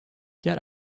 get